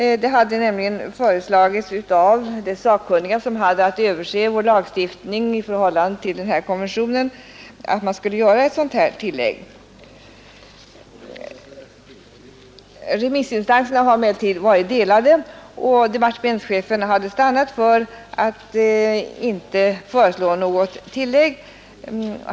Det hade nämligen föreslagits av de sakkunniga som hade att överse vår lagstiftning i förhållande till den här konventionen att man skulle göra ett sådant här tillägg. Remissinstanserna var emellertid delade i sina uppfattningar, och departementschefen hade stannat för att inte föreslå något tillägg.